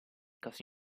caso